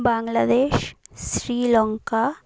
Bangladesh Sri Lanka